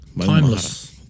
Timeless